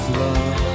love